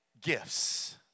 gifts